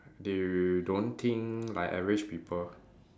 they don't think like average people